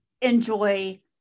enjoy